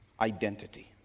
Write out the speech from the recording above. identity